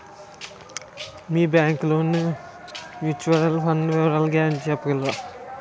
మీ bank లోని mutual fund వివరాల guarantee చెప్పగలరా?